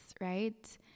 right